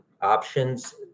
options